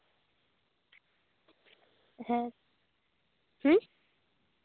ᱦᱮᱸ